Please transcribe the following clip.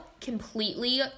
completely